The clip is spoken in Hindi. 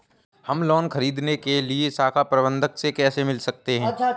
हम लोन ख़रीदने के लिए शाखा प्रबंधक से कैसे मिल सकते हैं?